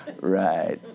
Right